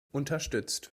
unterstützt